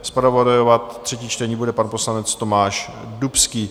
Zpravodajovat třetí čtení bude pan poslanec Tomáš Dubský.